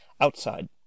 outside